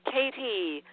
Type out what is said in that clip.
Katie